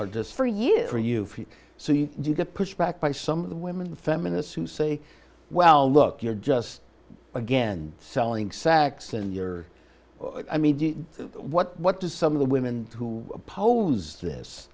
or just for you for you so you do get pushed back by some of the women feminists who say well look you're just again selling sacks and you're i mean what what does some of the women who oppose this